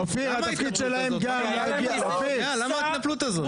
אופיר, התפקיד שלהם גם --- למה ההתנפלות הזאת?